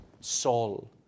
Saul